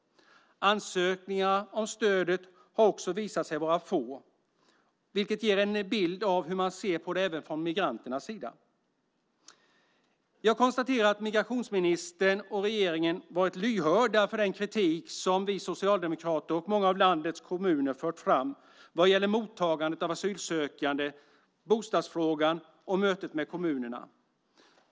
Ansökningar om stödet har också visat sig vara få, vilket ger en bild av hur man ser på det även från migranternas sida. Jag konstaterar att migrationsministern och regeringen har varit lyhörda för den kritik som vi socialdemokrater och många av landets kommuner har fört fram vad gäller mottagandet av asylsökande, bostadsfrågan och mötet med kommunerna.